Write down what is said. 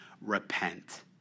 Repent